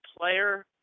player